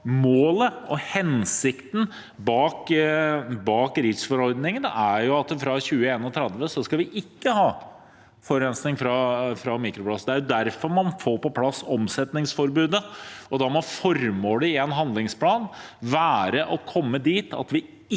målet og hensikten bak REACH-forordningen er at fra 2031 skal vi ikke ha forurensning fra mikroplast. Det er derfor man får på plass omsetningsforbudet. Da må formålet i en handlingsplan være å komme dit at vi ikke